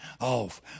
off